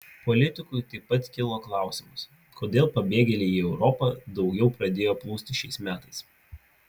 politikui taip pat kilo klausimas kodėl pabėgėliai į europą daugiau pradėjo plūsti šiais metais